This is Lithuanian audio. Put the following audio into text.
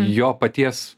jo paties